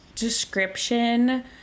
description